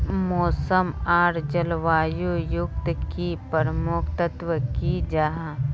मौसम आर जलवायु युत की प्रमुख तत्व की जाहा?